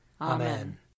Amen